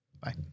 Bye